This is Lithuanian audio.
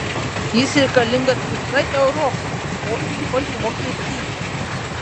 jis reikalingas visai europai o ypač vokietijai